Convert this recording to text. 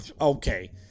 Okay